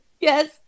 yes